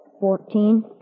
Fourteen